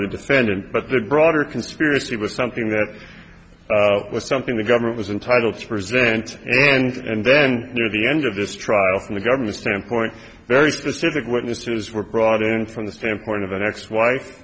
the defendant but the broader conspiracy was something that was something the government was entitle to present and then near the end of this trial from the government standpoint very specific witnesses were brought in from the standpoint of an ex wife